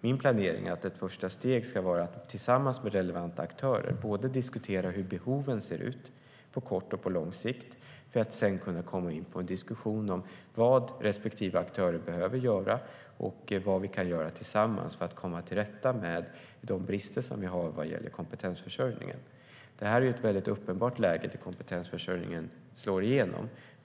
min planering att ett första steg ska vara att tillsammans med relevanta aktörer diskutera hur behoven ser ut på kort och på lång sikt för att sedan kunna komma in på en diskussion om vad respektive aktör behöver göra och vad vi kan göra tillsammans för att komma till rätta med de brister som vi har vad gäller kompetensförsörjningen. Detta är uppenbarligen ett läge när kompetensförsörjningen slår igenom.